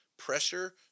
pressure